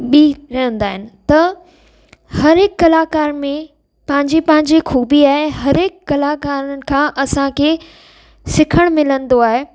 ॿी रहंदा आहिनि त हरुहिक कलाकार में पंहिंजी पंहिंजी खूबी आहे हरुहिक कलाकारनि खां असांखे सिखण मिलंदो आहे